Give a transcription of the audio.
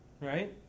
right